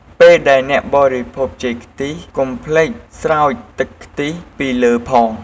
ពេលដែលអ្នកបរិភោគចេកខ្ទិះ កុំភ្លេចស្រោចទឺកខ្ទិះពីលើផង។